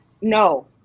No